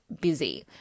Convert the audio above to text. busy